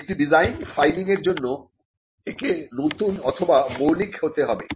একটি design filing এর জন্য একে নতুন অথবা মৌলিক হতে হবে